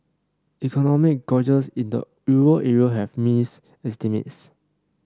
economic gauges in the euro area have miss estimates